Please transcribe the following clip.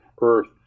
Earth